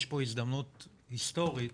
יש פה הזדמנות היסטורית